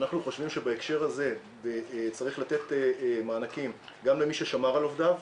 אנחנו חושבים שבהקשר הזה צריך לתת מענקים גם למי ששמר על עובדיו,